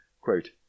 quote